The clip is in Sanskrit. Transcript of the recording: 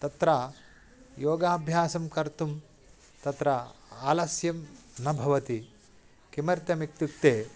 तत्र योगाभ्यासं कर्तुं तत्र आलस्यं न भवति किमर्थम् इत्युक्ते